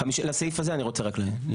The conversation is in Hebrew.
לסעיף הזה אני רוצה רק להעיר.